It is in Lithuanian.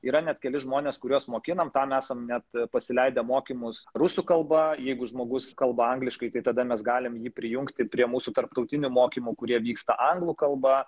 yra net keli žmonės kuriuos mokinam tam esam net pasileidę mokymus rusų kalba jeigu žmogus kalba angliškai tai tada mes galim jį prijungti prie mūsų tarptautinių mokymų kurie vyksta anglų kalba